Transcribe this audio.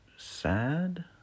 Sad